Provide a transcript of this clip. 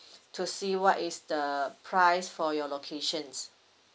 to see what is the price for your locations